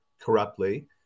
corruptly